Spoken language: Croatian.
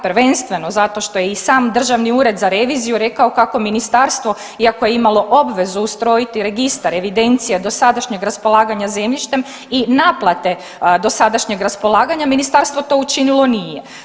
Prvenstveno zato što je i sam Državni ured za reviziju rekao kako ministarstvo iako je imalo obvezu ustrojiti registar evidencija dosadašnjeg raspolaganja zemljištem i naplate dosadašnjeg raspolaganja, ministarstvo to učinilo nije.